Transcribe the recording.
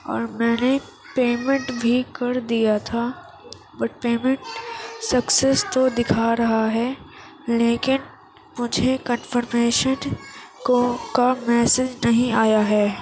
اور میں نے پیمنٹ بھی کر دیا تھا بٹ پیمنٹ سکسیز تو دکھا رہا ہے لیکن مجھے کنفرمیشن کو کا میسیج نہیں آیا ہے